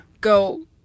go